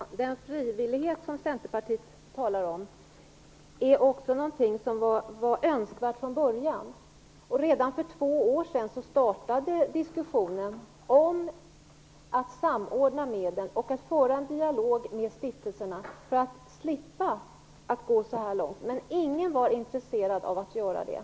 Herr talman! Den frivillighet som Centerpartiets företrädare talar om är något som var önskvärt från början. Redan för två år sedan startade diskussionen om att samordna medlen och att föra en dialog med stiftelserna för att vi skulle slippa gå så här långt. Men ingen var intresserad av att göra det.